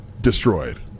destroyed